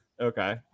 okay